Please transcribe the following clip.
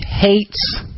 hates